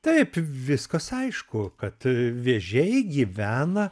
taip viskas aišku kad vėžiai gyvena